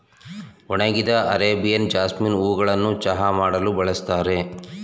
ಒಣಗಿದ Arabian jasmine ಹೂಗಳನ್ನು ಚಹಾ ಮಾಡಲು ಬಳ್ಸತ್ತರೆ